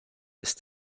ist